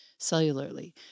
cellularly